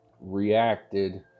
reacted